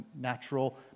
natural